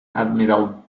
admiral